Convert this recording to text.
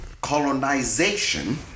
colonization